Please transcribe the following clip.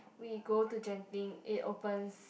we go to Genting it opens